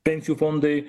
pensijų fondai